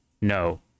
no